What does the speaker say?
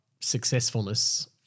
successfulness